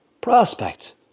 prospect